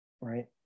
right